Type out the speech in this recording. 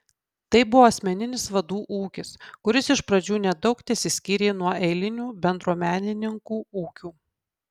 tai buvo asmeninis vadų ūkis kuris iš pradžių nedaug tesiskyrė nuo eilinių bendruomenininkų ūkių